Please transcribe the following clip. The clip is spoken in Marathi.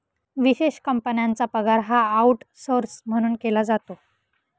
विशेष कंपन्यांचा पगार हा आऊटसौर्स म्हणून केला जातो